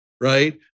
right